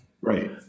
Right